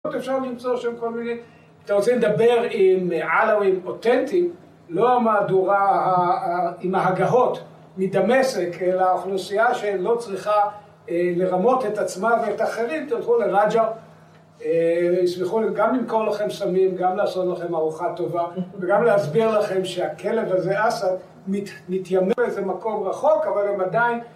אפשר למצוא שם כל מיני אם אתה רוצה לדבר עם עלאווים אותנטיים לא המהדורה עם ההגהות מדמשק אלא אוכלוסייה שלא צריכה לרמות את עצמה ואת אחרים, תלכו לע'ג'ר ישמחו גם למכור לכם סמים, גם לעשות לכם ארוחה טובה וגם להסביר לכם שהכלב הזה, אסד, מתיימר באיזה מקום רחוק, אבל הם עדיין